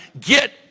get